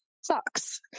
sucks